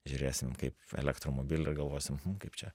žiūrėsim kaip elektromobilį ir galvosim hm kaip čia